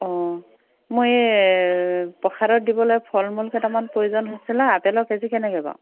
অ' মই এ প্ৰসাদত দিবলৈ ফল মূল কেইটামান প্ৰয়োজন হৈছিলে আপেলৰ কে জি কেনেকৈ বাৰু